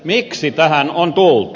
miksi tähän on tultu